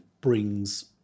brings